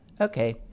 Okay